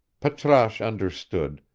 patrasche understood,